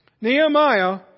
Nehemiah